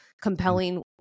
compelling